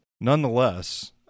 Nonetheless